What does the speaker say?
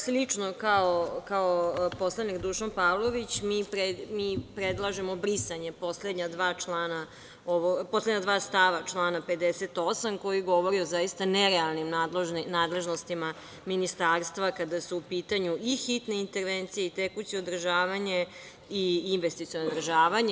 Slično kao poslanik Dušan Pavlović, mi predlažemo brisanje poslednja dva stava člana 58. koji govori o zaista nerealnim nadležnostima ministarstva kada su u pitanju i hitne intervencije i tekuće održavanje i investiciono održavanje.